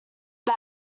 bag